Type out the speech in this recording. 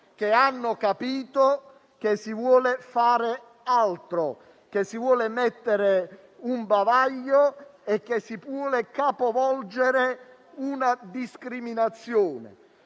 che hanno capito che si vuole fare altro, ossia mettere un bavaglio e capovolgere una discriminazione,